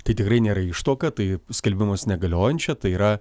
tai tikrai nėra ištuoka tai skelbimas negaliojančia tai yra